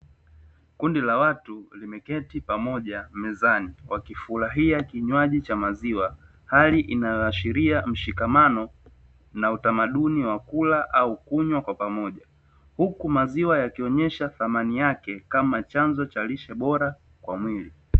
Kundi la watu limeketi pamoja mezani wakifurahia kinywaji cha maziwa. Hali inayoashiria mshikamano na utamaduni wa kula au kunywa kwa pamoja. Huku maziwa yakionyesha thamani yake kama chanzo cha lishe bora kwa mwili.